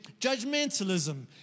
judgmentalism